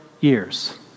years